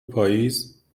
پاییز